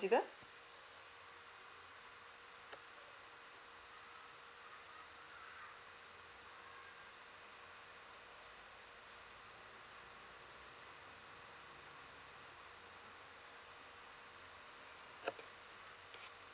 consider